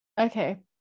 Okay